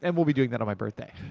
and we'll be doing that on my birthday.